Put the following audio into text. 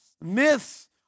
myths